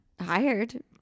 hired